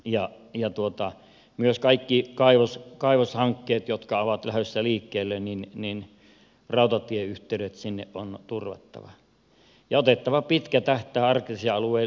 ja myös kaikkiin kaivoshankkeisiin jotka ovat lähdössä liikkeelle on rautatieyhteydet turvattava ja otettava pitkä tähtäin arktisen alueen liikennesuunnitelmissa